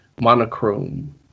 monochrome